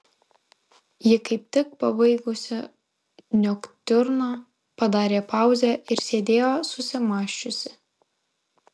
ji kaip tik pabaigusi noktiurną padarė pauzę ir sėdėjo susimąsčiusi